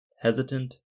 hesitant